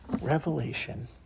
Revelation